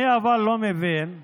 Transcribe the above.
אבל אני לא מבין